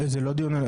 זה לא דיון.